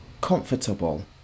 comfortable